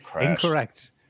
incorrect